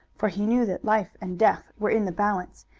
for he knew that life and death were in the balance,